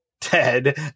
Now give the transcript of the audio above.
Ted